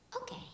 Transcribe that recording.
okay